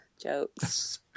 jokes